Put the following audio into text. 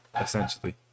essentially